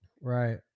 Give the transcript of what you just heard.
right